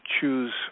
choose